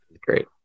great